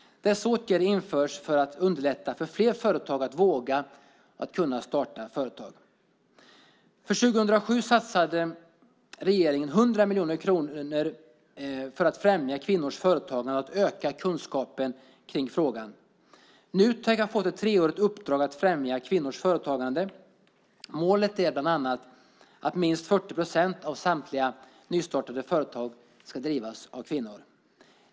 Dessa åtgärder införs för att underlätta för fler att våga och kunna starta företag. För 2007 satsade regeringen 100 miljoner kronor för att främja kvinnors företagande och öka kunskapen kring frågan. Nutek har fått ett treårigt uppdrag att främja kvinnors företagande. Målet är bland annat att minst 40 procent av samtliga nystartade företag ska drivas av kvinnor.